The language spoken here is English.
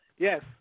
Yes